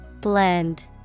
Blend